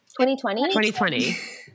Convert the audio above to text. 2020